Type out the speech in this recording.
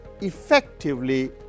effectively